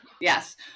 Yes